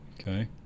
Okay